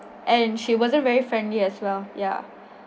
and she wasn't very friendly as well ya